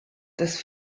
des